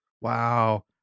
wow